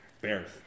Bears